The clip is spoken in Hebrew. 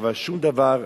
אבל שום דבר,